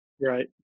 Right